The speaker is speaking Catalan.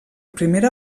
primera